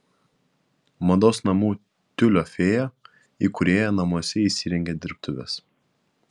mados namų tiulio fėja įkūrėja namuose įsirengė dirbtuves